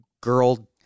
girl